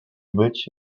być